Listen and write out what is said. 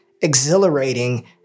exhilarating